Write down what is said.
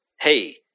hey